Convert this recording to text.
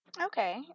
Okay